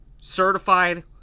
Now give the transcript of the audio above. Certified